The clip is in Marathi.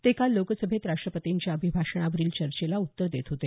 ते काल लोकसभेत राष्ट्रपतींच्या अभिभाषणावरील चर्चेला उत्तर देत होते